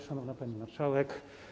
Szanowna Pani Marszałek!